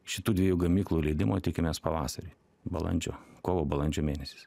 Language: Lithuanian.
šitų dviejų gamyklų leidimo tikimės pavasarį balandžio kovo balandžio mėnesiais